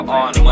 on